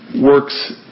works